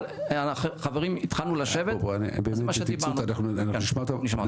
אבל, חברים, התחלנו לשבת וזה מה שדיברנו.